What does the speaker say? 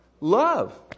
Love